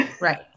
Right